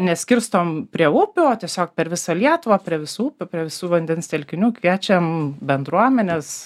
neskirstom prie upių o tiesiog per visą lietuvą prie visų prie visų vandens telkinių kviečiam bendruomenes